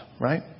Right